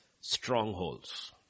strongholds